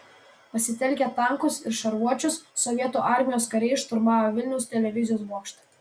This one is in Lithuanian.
pasitelkę tankus ir šarvuočius sovietų armijos kariai šturmavo vilniaus televizijos bokštą